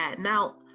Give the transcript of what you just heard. Now